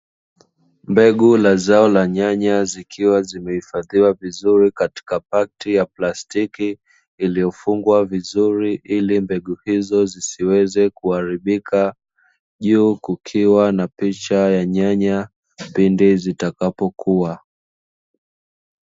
Mbegu la zao la nyanya zikiwa zimehifadhiwa vizuri, katika paketi ya plastiki, iliyofungwa vizuri ili mbegu hizo zisiweze kuharibika. Juu kukiwa na picha ya nyanya pindi zitakapo kua.